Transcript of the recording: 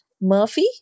Murphy